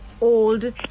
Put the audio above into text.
old